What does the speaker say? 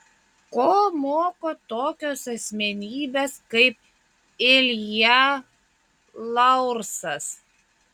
ko moko tokios asmenybės kaip ilja laursas